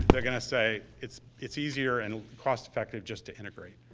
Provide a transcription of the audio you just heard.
they're going to say, it's it's easier and cost effective just to integrate.